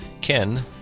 Ken